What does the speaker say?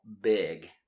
big